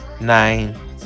nine